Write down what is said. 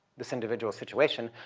this individual situation,